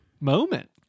moment